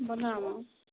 বনাম অ'